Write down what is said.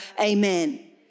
amen